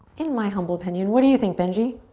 in my humble opinion. what do you think, benji?